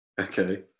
okay